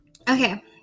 okay